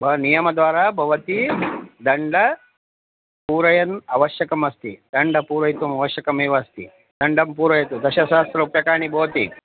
नियमद्वारा भवती दण्डं पूरयन् आवश्यकमस्ति दण्डं पूरयितुम् आवश्यकमेव अस्ति दण्डं पूरयतु दशसहस्ररूप्यकाणि भवन्ति